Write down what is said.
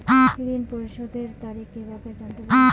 ঋণ পরিশোধের তারিখ কিভাবে জানতে পারি?